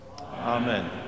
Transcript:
amen